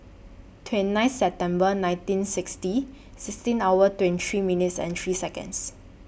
twenty nine September nineteen sixty sixteen hours twenty three minutes three Seconds